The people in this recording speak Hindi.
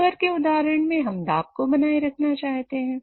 कुकर के उदाहरण में हम दाब को बनाए रखना चाहते हैं